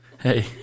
Hey